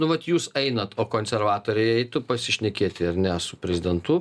nu vat jūs einat o konservatoriai eitų pasišnekėti ar ne su prezidentu